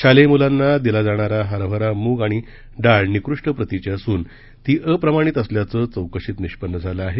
शालेय मुलांना देण्यात येणार हरभरा मुग आणि डाळ निकृष्ट प्रतीची असून ती अप्रमाणित असल्याचं चौकशीत निष्पन्न झालं आहे